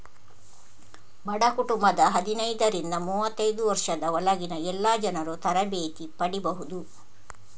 ಬಡ ಕುಟುಂಬದ ಹದಿನೈದರಿಂದ ಮೂವತ್ತೈದು ವರ್ಷದ ಒಳಗಿನ ಎಲ್ಲಾ ಜನರೂ ತರಬೇತಿ ಪಡೀಬಹುದು